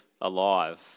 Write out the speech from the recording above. alive